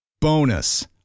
Bonus